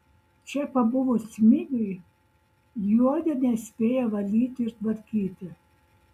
čia pabuvus smigiui juodė nespėja valyti ir tvarkyti